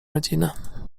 rodziny